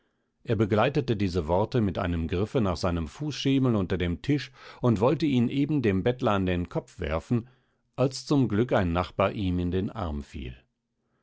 er begleitete diese worte mit einem griffe nach seinem fußschemel unter dem tisch und wollte ihn eben dem bettler an den kopf werfen als zum glück ein nachbar ihm in den arm fiel